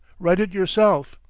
write it yourself.